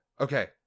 Okay